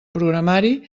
programari